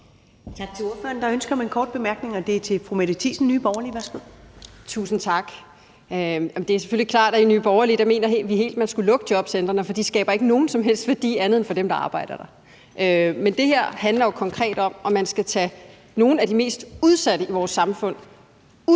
Tak til ordføreren. Der er ønske om en kort bemærkning, og den er til fru Mette Thiesen, Nye Borgerlige. Værsgo. Kl. 14:14 Mette Thiesen (NB): Tusind tak. Det er selvfølgelig klart, at vi i Nye Borgerlige mener, at man helt skulle lukke jobcentrene, for de skaber ikke nogen som helst værdi andet end for dem, der arbejder der. Men det her handler jo konkret om, om man skal tage nogle af de mest udsatte i vores samfund ud af